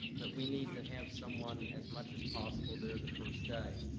but we need to have someone as much as possible there the first day.